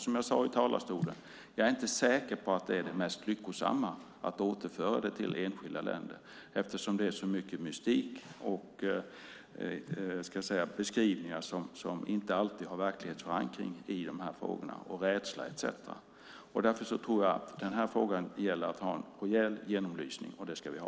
Som jag sade i talarstolen är jag inte säker på att det är det mest lyckosamma att återföra detta till enskilda länder, eftersom det är så mycket mystik, beskrivningar som inte alltid har verklighetsförankring, rädsla och så vidare i de här frågorna. Därför tror jag att det gäller att ha en rejäl genomlysning av frågan, och det ska vi ha.